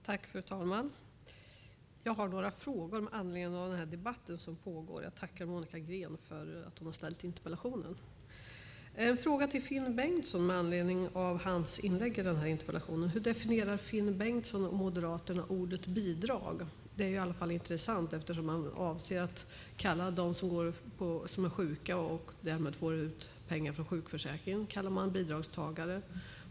Fru talman! Jag har några frågor med anledning av den debatt som pågår. Jag tackar Monica Green för att hon har ställt interpellationen. Jag har en fråga till Finn Bengtsson med anledning av hans inlägg i interpellationsdebatten: Hur definierar Finn Bengtsson och Moderaterna ordet bidrag? Det är i alla fall intressant eftersom man kallar dem som är sjuka och därmed får ut pengar från sjukförsäkringen för bidragstagare.